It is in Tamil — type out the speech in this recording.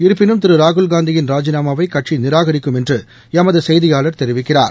இருப்பினும் திரு ராகுல்காந்தி யின் ராஜிநாமாவை கட்சி நிராகரிக்கும் என்று எமது செய்தியாளர் தெரிவிக்கிறார்